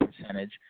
percentage